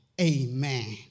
Amen